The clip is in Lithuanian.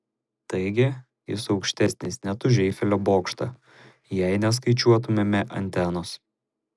taigi jis aukštesnis net už eifelio bokštą jei neskaičiuotumėme antenos